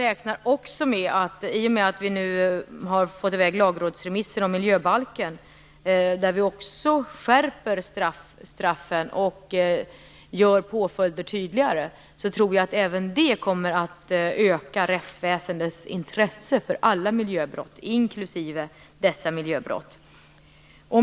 I och med att vi har fått i väg lagrådsremisser om miljöbalken, där vi föreslår en skärpning av straffen och tydligare påföljder, räknar jag med att rättsväsendets intresse för alla miljöbrott inklusive dessa ökar.